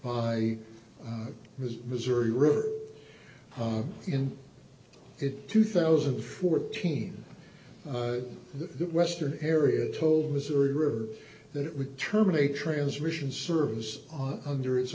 by the missouri river in it two thousand and fourteen the western area told missouri river that it would terminate transmission service on under